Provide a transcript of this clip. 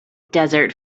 desert